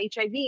HIV